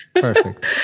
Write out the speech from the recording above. Perfect